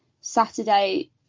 Saturday